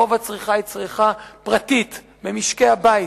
רוב הצריכה היא צריכה פרטית במשקי הבית,